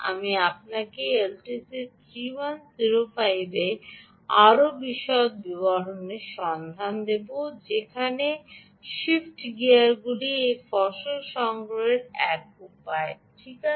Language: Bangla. আমি আপনাকে এলটিসি 3105 এ আরও বিশদ বিবরণ সন্ধান করতে দেব এখন শিফট গিয়ারগুলি এই ফসল সংগ্রহের এক উপায় ঠিক আছে